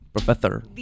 professor